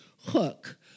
Hook